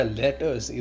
letters